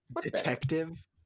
detective